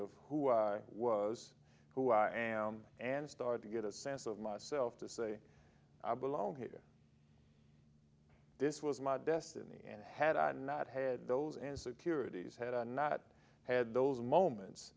of who i was who i am and start to get a sense of myself to say i belong here this was my destiny and had i not had those insecurities head on and that had those moments